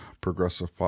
progressive